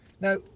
Now